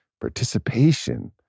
participation